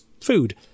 food